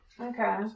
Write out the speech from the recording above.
Okay